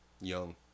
young